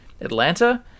Atlanta